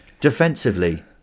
Defensively